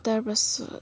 তাৰপাছত